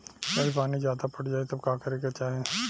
यदि पानी ज्यादा पट जायी तब का करे के चाही?